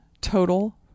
total